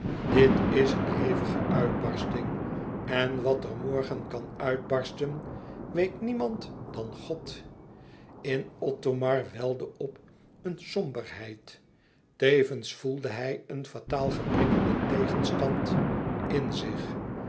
dit is een hevige uitbarsting en wat er morgen kan uitbarsten weet niemand dan god in othomar welde op een somberheid tevens voelde hij een fataal geprikkelde tegenstand in zich